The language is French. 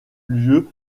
lieu